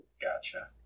Gotcha